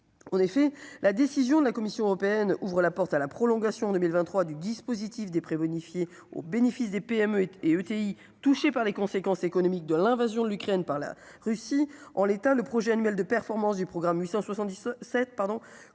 En effet, la décision de la Commission européenne ouvre la porte à la prolongation en 2023 du dispositif des prêts bonifiés au bénéfice des PME et ETI touchés par les conséquences économiques de l'invasion de l'Ukraine par la Russie en l'état le projet annuel de performance du programme 870 cette pardon